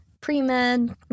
pre-med